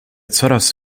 coraz